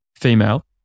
female